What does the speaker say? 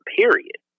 period